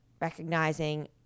recognizing